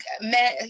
men